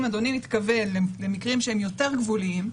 אם אדוני מתכוון למקרים שהם יותר גבוליים,